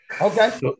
Okay